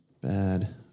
Bad